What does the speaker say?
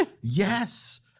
Yes